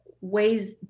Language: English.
ways